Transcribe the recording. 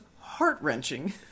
heart-wrenching